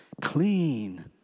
clean